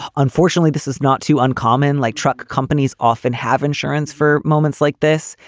ah unfortunately, this is not too uncommon, like truck companies often have insurance for moments like this.